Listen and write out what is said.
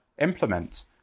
implement